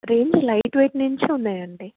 range lightweight నుంచి ఉన్నాయండి